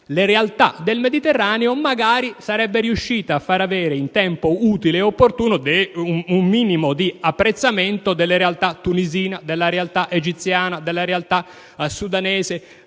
le realtà del Mediterraneo, magari sarebbe riuscita a fare avere in tempo utile e opportuno un minimo di apprezzamento delle realtà tunisina, egiziana, sudanese